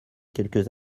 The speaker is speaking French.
quelques